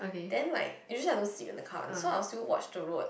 then like usually I don't sit in the car one so I will still watch the road